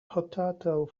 potato